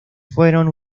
fueron